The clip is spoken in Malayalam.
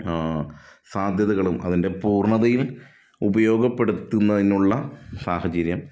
സാധ്യതകളും അതിൻ്റെ പൂർണ്ണതയിൽ ഉപയോഗപ്പെടുത്തുന്നതിനുള്ള സാഹചര്യം